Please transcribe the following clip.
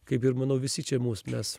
kaip ir manau visi čia mūs mes